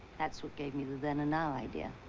that's what gave me the then and now idea.